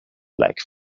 like